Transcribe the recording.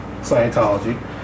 Scientology